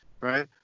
right